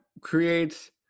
creates